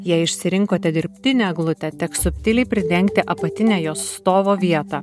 jei išsirinkote dirbtinę eglutę teks subtiliai pridengti apatinę jos stovo vietą